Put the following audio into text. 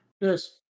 Yes